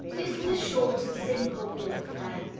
this is a short and simple bill of fare.